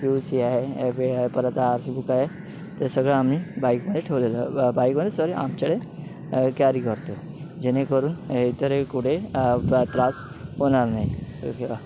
P U C आहे F aid आहे परत आर सी बुक आहे ते सगळं आम्ही बाईकमध्ये ठेवले बाईकमध्ये सॉरी आमच्याकडे कॅरी करतो जेणेकरून इतरही कुठे त्रास होणार नाही